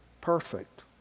perfect